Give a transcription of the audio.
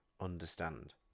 understand